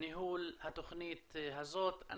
ניהול התוכנית הזאת.